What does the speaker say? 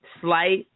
slight